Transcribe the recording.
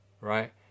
right